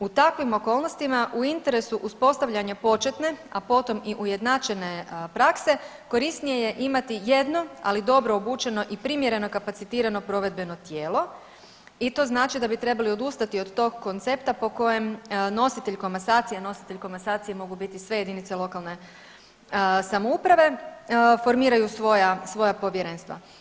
U takvim okolnostima u interesu uspostavljanja početne, a potom i ujednačene prakse korisnije je imati jedno, ali dobro obučeni i primjereno kapacitirano provedbeno tijelo i to znači da bi trebali odustati od tog koncepta po kojem nositelj komasacije, nositelj komasacije mogu biti sve jedinice lokalne samouprave, formiraju svoja povjerenstva.